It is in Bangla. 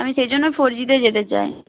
আমি সেই জন্য ফোর জিতে যেতে চাই